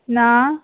नहि